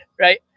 right